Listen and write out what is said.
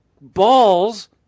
balls